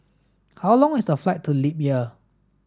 how long is the flight to Libya